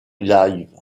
live